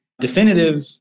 definitive